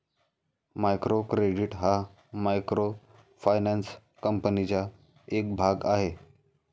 micro credit हा microfinance कमाईचा एक भाग आहे